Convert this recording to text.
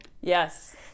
Yes